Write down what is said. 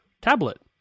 tablet